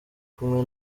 kumwe